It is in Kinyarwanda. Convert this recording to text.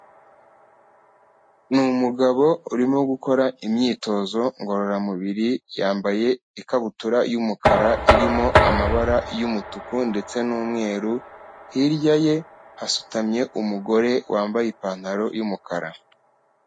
Ni umugabo urimo gukora imyitozo ngororamubiri, yambaye ikabutura y'umukara irimo amabara y'umutuku ndetse n'umweru, hirya ye hasutamye umugore wambaye ipantaro y'umukara.